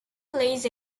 plays